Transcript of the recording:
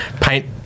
paint